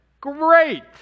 Great